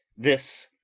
this,